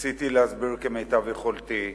ניסיתי להסביר כמיטב יכולתי.